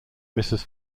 mrs